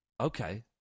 Okay